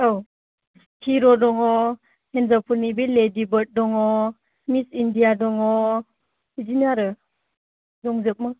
औ हिर' दङ हिन्जावफोरनि बे लेदिबार्ड दङ मिस इण्डिया दङ बिदिनो आरो दंजोबो